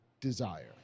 desire